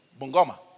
Bungoma